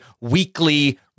weekly